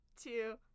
two